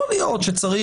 יכול להיות שצריך,